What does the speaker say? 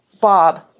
Bob